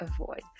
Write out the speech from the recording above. avoid